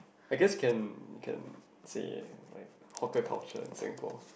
I guess can can say like hawker culture in Singapore